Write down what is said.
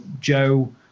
Joe